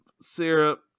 syrup